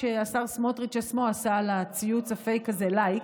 כשהשר סמוטריץ' עצמו עשה על ציוץ הפייק הזה לייק,